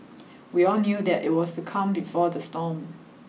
we all knew that it was the calm before the storm